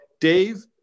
Dave